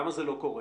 למה זה לא קורה?